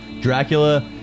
Dracula